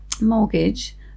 mortgage